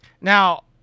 Now